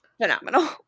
phenomenal